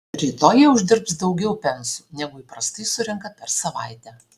rytoj jie uždirbs daugiau pensų negu įprastai surenka per savaitę